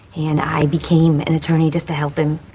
and i became an attorney just to help him.